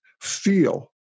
feel